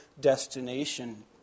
destination